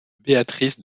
béatrice